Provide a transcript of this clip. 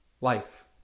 life